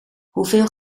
hoeveel